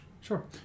Sure